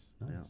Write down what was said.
Nice